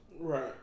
Right